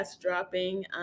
dropping